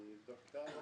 אני אבדוק.